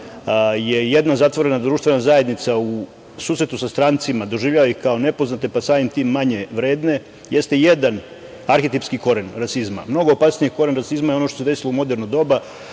je jedna zatvorena društvena zajednica u susretu sa strancima doživljava ih kao nepoznate, pa samim tim manje vredne, jeste jedan arhetipski koren rasizma. Mnogo opasniji koren rasizma je ono što se desilo u moderno doba